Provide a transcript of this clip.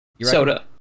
Soda